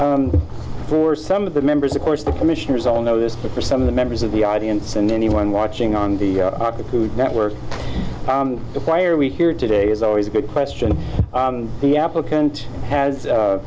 know for some of the members of course the commissioners all know this but for some of the members of the audience and anyone watching on the food network the fire we hear today is always a good question if the applicant has